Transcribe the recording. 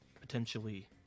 potentially